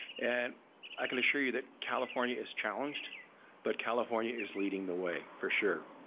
and i can assure you that california is challenged but california is leading the way for sure.